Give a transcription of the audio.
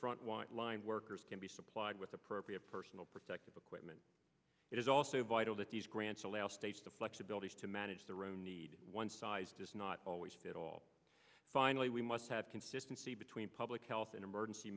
front want line workers can be supplied with appropriate personal protective equipment it is also vital that these grants allow states the flexibility is to manage their own need one size does not always fit all finally we must have consistency between public health emergency